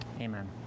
amen